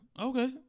Okay